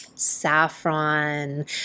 saffron